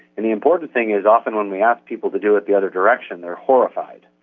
and the important thing is often when we ask people to do it the other direction they are horrified.